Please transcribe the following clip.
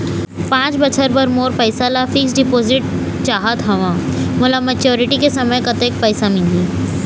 पांच बछर बर मोर पैसा ला फिक्स डिपोजिट चाहत हंव, मोला मैच्योरिटी के समय कतेक पैसा मिल ही?